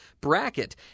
bracket